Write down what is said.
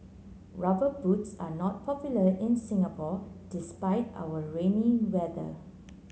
rubber boots are not popular in Singapore despite our rainy weather